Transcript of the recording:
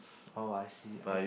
oh I see I